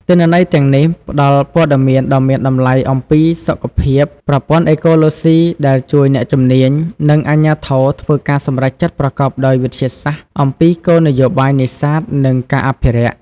ទិន្នន័យទាំងនេះផ្តល់ព័ត៌មានដ៏មានតម្លៃអំពីសុខភាពប្រព័ន្ធអេកូឡូស៊ី ដែលជួយអ្នកជំនាញ និងអាជ្ញាធរធ្វើការសម្រេចចិត្តប្រកបដោយវិទ្យាសាស្ត្រអំពីគោលនយោបាយនេសាទ និងការអភិរក្ស។